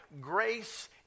Grace